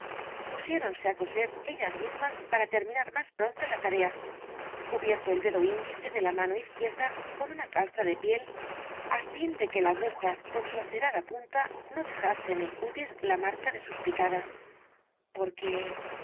pusiéronse á coser ellas mismas para terminar más pronto la tarea cubierto el dedo índice de la mano izquierda con una calza de piel á fin de que la aguja con su acerada punta no dejase en el cutis la marca de sus picadas porque